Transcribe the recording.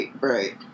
Right